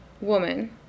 woman